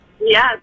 Yes